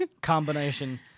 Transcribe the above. Combination